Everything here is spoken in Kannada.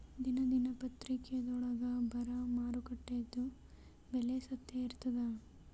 ದಿನಾ ದಿನಪತ್ರಿಕಾದೊಳಾಗ ಬರಾ ಮಾರುಕಟ್ಟೆದು ಬೆಲೆ ಸತ್ಯ ಇರ್ತಾದಾ?